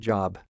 Job